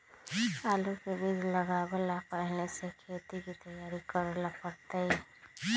आलू के बीज के लगाबे से पहिले की की तैयारी करे के परतई?